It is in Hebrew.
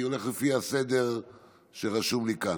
אני הולך לפי הסדר שרשום לי כאן.